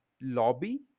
lobby